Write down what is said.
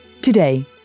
Today